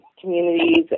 communities